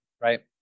right